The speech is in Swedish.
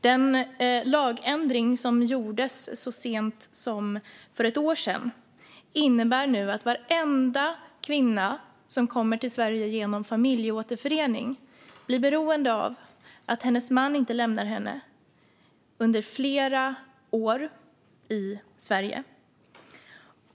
Den lagändring som gjordes så sent som för ett år sedan innebär nu att varenda kvinna som kommer till Sverige genom familjeåterförening blir beroende av att hennes man inte lämnar henne under flera år i Sverige.